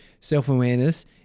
self-awareness